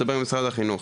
תדבר עם משרד החינוך.